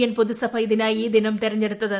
N പ്പൊതുസഭ ഇതിനായി ഈ ദിനം തെരഞ്ഞെടുത്തത്